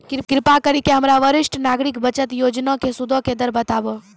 कृपा करि के हमरा वरिष्ठ नागरिक बचत योजना के सूदो के दर बताबो